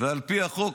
שעל פי החוק,